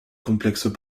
complexes